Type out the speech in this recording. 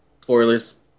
Spoilers